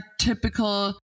typical